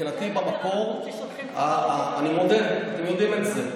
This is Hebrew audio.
מבחינתי במקור, אני מודה, אתם יודעים את זה,